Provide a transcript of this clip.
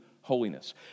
holiness